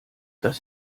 das